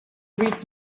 read